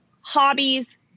hobbies